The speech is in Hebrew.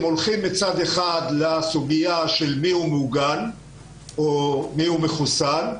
הולכים לסוגיה של מיהו מוגן או מיהו מחוסן,